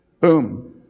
Boom